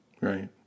Right